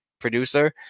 producer